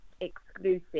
exclusive